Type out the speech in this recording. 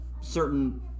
certain